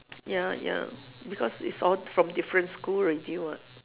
ya ya because it's all from different school already what